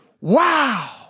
Wow